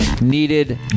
needed